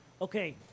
okay